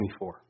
24